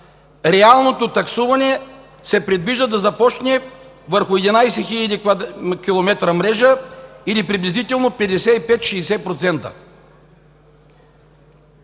Реалното таксуване се предвижда да започне върху 11 хил. км мрежа, или приблизително 55 – 60%.“